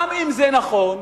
גם אם זה נכון,